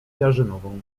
jarzynową